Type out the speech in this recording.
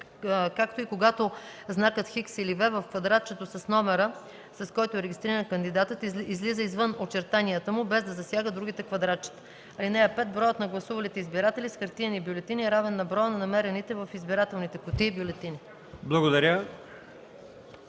както и когато знакът „Х” или „V” в квадратчето с номера, с който е регистриран кандидатът излиза извън очертанията му, без да засяга другите квадратчета. (5) Броят на гласувалите избиратели с хартиени бюлетини е равен на броя на намерените в избирателните кутии бюлетини.”